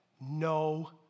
no